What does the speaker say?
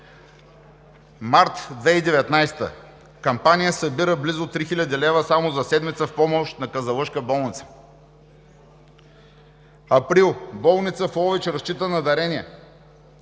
Март 2019 г.: „Кампания събира близо 3 хил. лв. само за седмица в помощ на казанлъшка болница“; април: „Болницата в Ловеч разчита на дарения“;